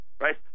Right